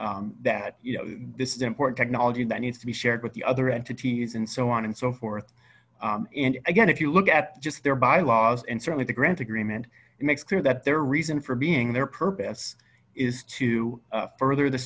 forward that you know this is important technology that needs to be shared with the other entities and so on and so forth and again if you look at just their bylaws and certainly the grant agreement makes clear that their reason for being their purpose is to further the